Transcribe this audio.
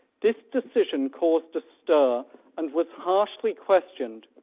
this decision caused a stir and was harshly questioned.